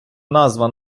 назва